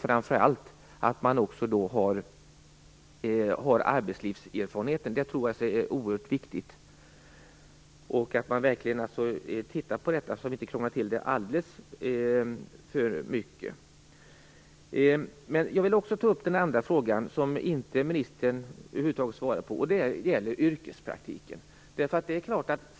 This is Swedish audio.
Framför allt tror jag att det är viktigt att lärarna också har arbetslivserfarenhet. Det är därför viktigt att vi tittar på den här frågan, så att vi inte krånglar till den här utbildningen alldeles för mycket. Jag vill också ta upp den andra frågan, som ministern över huvud taget inte svarade på, nämligen frågan om yrkespraktiken.